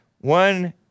one